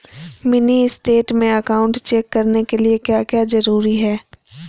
Mini statement account check करने के लिए क्या क्या जरूरी है?